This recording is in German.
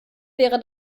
wäre